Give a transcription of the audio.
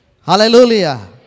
Hallelujah